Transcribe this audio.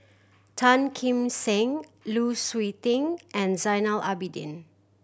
Tan Kim Seng Lu Suitin and Zainal Abidin